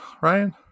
Ryan